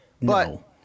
no